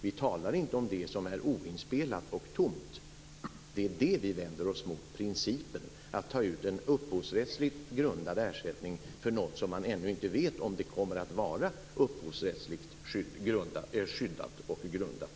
Vi talar inte om sådant som är oinspelat och tomt. Vi vänder oss mot principen om uttagande av en upphovsrättsligt grundad ersättning för något utan att man vet om det kommer att innehålla något som är upphovsrättsligt skyddat och grundat.